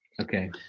Okay